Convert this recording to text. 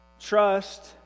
trust